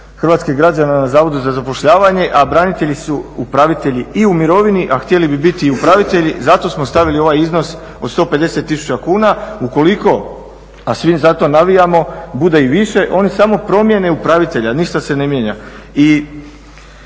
hrvatskih građana na zavodu za zapošljavanje, a branitelji su upravitelji i u mirovini, a htjeli bi biti i upravitelji. Zato smo stavili ovaj iznos od 150 tisuća kuna ukoliko, a svi za to navijamo, bude i više oni samo promijene upravitelja, ništa se ne mijenja.